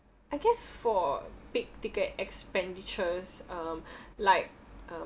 I guess for big ticket expenditures um like uh